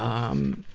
um,